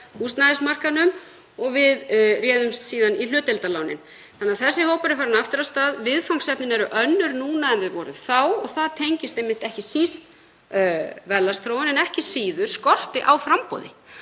húsnæðismarkaðnum og við réðumst síðan í hlutdeildarlánin. Þannig að þessi hópur er aftur farinn af stað. Viðfangsefnin eru önnur núna en þau voru þá, það tengist ekki síst verðlagsþróun en ekki síður skorti á framboði.